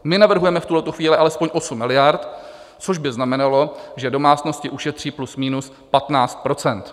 Navrhujeme v tuto chvíli alespoň 8 miliard, což by znamenalo, že domácnosti ušetří plus minus 15 %.